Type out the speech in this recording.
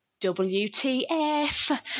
wtf